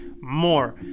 More